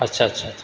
अच्छा अच्छा अच्छा